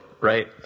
right